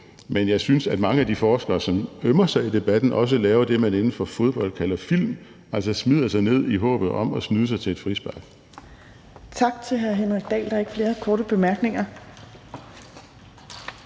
men jeg synes, at mange af de forskere, som ømmer sig i debatten, også laver det, man inden for fodbold kalder film, altså smider sig ned i håbet om at snyde sig til et frispark. Kl. 12:43 Fjerde næstformand (Trine Torp): Tak til hr. Henrik Dahl. Der er ikke flere korte bemærkninger.